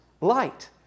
light